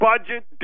budget